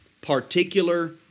particular